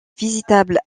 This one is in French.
visitable